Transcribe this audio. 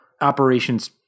operations